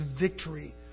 victory